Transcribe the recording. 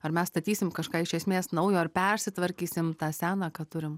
ar mes statysim kažką iš esmės naujo ar persitvarkysim tą seną ką turim